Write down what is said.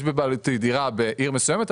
יש בבעלותי דירה בעיר מסוימת,